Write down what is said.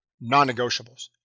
Non-negotiables